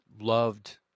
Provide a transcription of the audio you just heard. loved